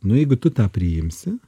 nu jeigu tu tą priimsi